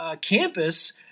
campus